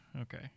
okay